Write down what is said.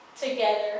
together